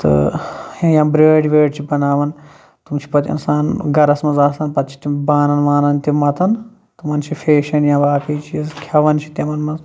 تہٕ یا برٛٲڑۍ وٲڑۍ چھِ بناوان تِم چھِ پَتہٕ اِنسان گَرَس منٛز آسان پَتہٕ چھِ تِم بانَن وانَن تِم مَتان تِمن چھِ فیشَن یا باقٕے چیٖز کھیٚوان چھِ تِمَن منٛز